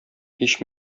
һич